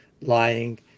lying